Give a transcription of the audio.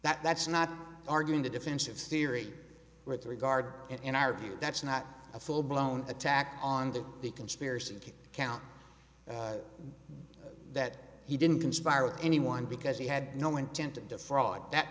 that that's not arguing the defensive theory with regard in our view that's not a full blown attack on the the conspiracy count that he didn't conspire with anyone because he had no intent to defraud that